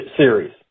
series